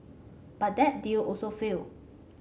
but that deal also failed